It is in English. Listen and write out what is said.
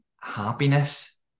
happiness